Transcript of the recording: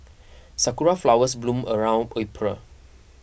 sakura flowers bloom around April